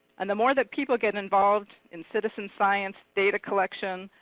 and the more that people get involved in citizen science, data collection,